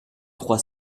trois